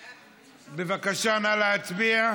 בבקשה, נא להצביע.